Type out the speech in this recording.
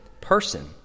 person